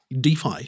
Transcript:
DeFi